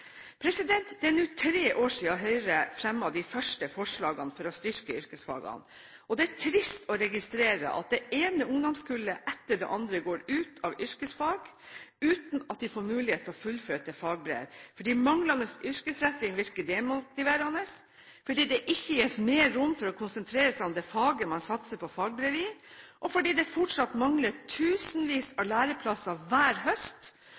Det er nå tre år siden Høyre fremmet de første forslagene for å styrke yrkesfagene, og det er trist å registrere at det ene ungdomskullet etter det andre går ut av yrkesfag uten at de får mulighet til å fullføre til fagbrev – fordi manglende yrkesretting virker demotiverende, fordi det ikke gis mer rom for å konsentrere seg om det faget man satser på fagbrev i, og fordi det fortsatt mangler tusenvis av læreplasser hver høst,